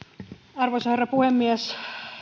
arvoisa herra puhemies